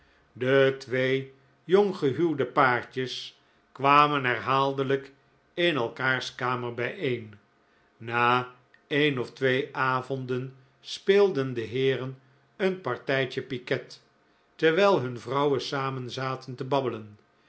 de twee jonggehuwde paartjes kwamen herhaaldelijk in elkaars kamer bijeen na een of twee avonden speelden de heeren een partijtje piquet terwijl hun vrouwen samen zaten te babbelen